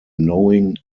knowing